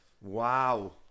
wow